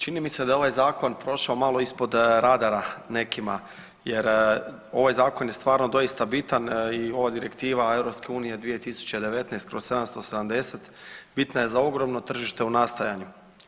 Čini mi se da je ovaj zakon prošao malo ispod radara nekima, jer ovaj zakon je stvarno doista bitan i ova Direktiva EU 2019/770 bitna je za ogromno tržište u nastajanju.